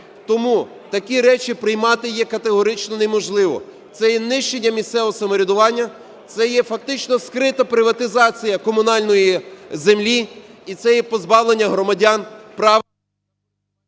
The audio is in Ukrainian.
Тому такі речі приймати є категорично неможливо, це ж нищення місцевого самоврядування, це є фактично скрита приватизація комунальної землі і це є позбавлення громадян права…